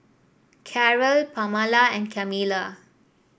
Carrol Pamala and Camila